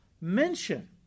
mention